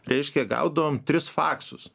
reiškia gaudavom tris faksus